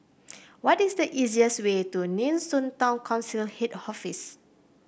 what is the easiest way to Nee Soon Town Council Head Office